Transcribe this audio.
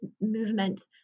movement